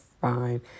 fine